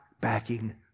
backing